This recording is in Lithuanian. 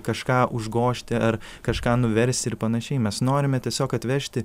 kažką užgožti ar kažką nuversti ir panašiai mes norime tiesiog atvežti